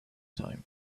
time